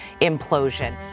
implosion